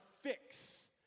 fix